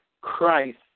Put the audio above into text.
Christ